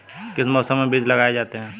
किस मौसम में बीज लगाए जाते हैं?